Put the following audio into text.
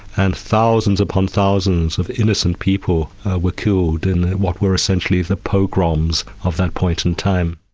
and thousands upon thousands of innocent people were killed in what were essentially the pogroms of that point in time.